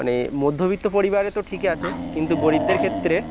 মানে মধ্যবিত্ত পরিবারে তো ঠিকই আছে কিন্তু গরিবদের ক্ষেত্রে